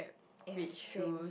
yes same